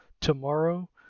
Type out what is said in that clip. tomorrow